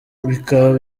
bikaba